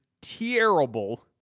terrible